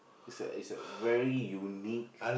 is a is a very unique